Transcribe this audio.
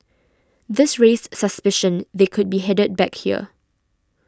this raised suspicion they could be headed back here